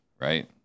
right